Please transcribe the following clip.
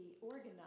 organized